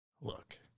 look